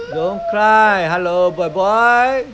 don't cry hello boy boy